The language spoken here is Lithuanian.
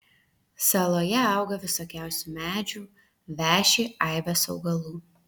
saloje auga visokiausių medžių veši aibės augalų